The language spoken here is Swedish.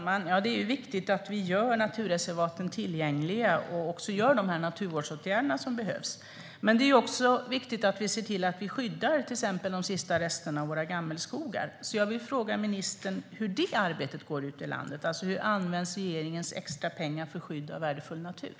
Herr talman! Det är viktigt att vi gör naturreservaten tillgängliga och också vidtar de naturvårdsåtgärder som behövs. Men det är också viktigt att vi ser till att skydda till exempel de sista resterna av våra gammelskogar. Jag vill fråga ministern hur just det arbetet sker ute i landet. Hur används regeringens extra pengar för skydd av värdefull natur?